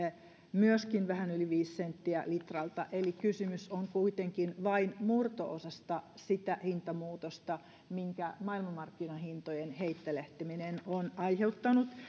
myöskin vähän yli viisi senttiä litralta eli kysymys on kuitenkin vain murto osasta sitä hintamuutosta minkä maailmanmarkkinahintojen heittelehtiminen on aiheuttanut